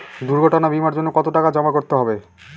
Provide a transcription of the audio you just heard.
দুর্ঘটনা বিমার জন্য কত টাকা জমা করতে হবে?